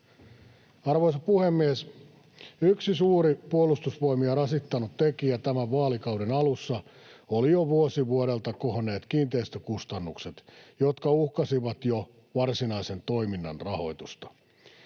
Arvoisa puhemies! Yksi suuri Puolustusvoimia rasittanut tekijä jo tämän vaalikauden alussa olivat vuosi vuodelta kohonneet kiinteistökustannukset, jotka uhkasivat jo varsinaisen toiminnan rahoitusta.